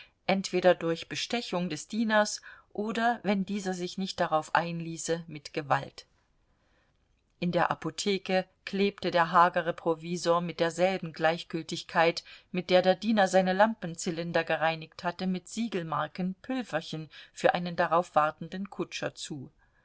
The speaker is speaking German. entweder durch bestechung des dieners oder wenn dieser sich nicht darauf einließe mit gewalt in der apotheke klebte der hagere provisor mit derselben gleichgültigkeit mit der der diener seine lampenzylinder gereinigt hatte mit siegelmarken pülverchen für einen darauf wartenden kutscher zu